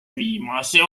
viimase